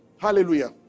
Hallelujah